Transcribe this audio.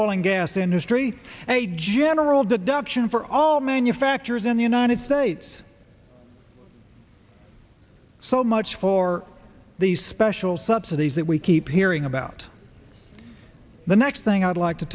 oil and gas industry and a general deduction for all manufacturers in the united states so much for these special subsidies that we keep hearing about the next thing i'd like to